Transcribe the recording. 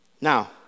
Now